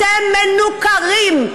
אתם מנוכרים.